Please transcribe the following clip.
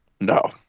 No